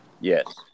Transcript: Yes